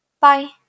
bye